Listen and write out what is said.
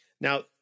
Now